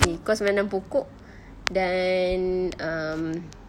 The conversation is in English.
okay course menanam pokok dan um